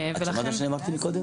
את שמעת מה שאני אמרתי מקודם?